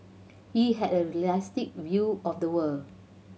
he had a realistic view of the world